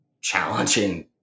challenging